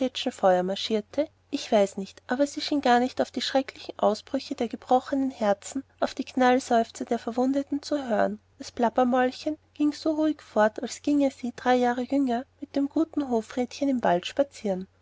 ich weiß nicht aber sie schien gar nicht auf die schrecklichen ausbrüche der gebrochenen herzen auf die knallseufzer der verwundeten zu hören das plappermäulchen ging so ruhig fort als ginge sie drei jahre jünger mit dem guten hofrätchen im wald spazieren